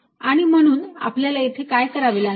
आणि म्हणून आपल्याला येथे काय करावे लागेल